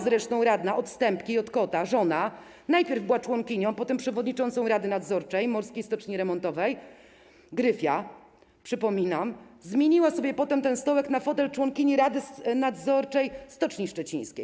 Zresztą sama radna od stępki i od kota, żona, która najpierw była członkinią, a potem przewodniczącą Rady Nadzorczej Morskiej Stoczni Remontowej Gryfia - przypominam - zmieniła sobie potem ten stołek na fotel członkini Rady Nadzorczej Stoczni Szczecińskiej.